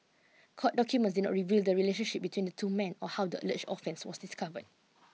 court documents did not reveal the relationship between the two men or how the alleged offence was discovered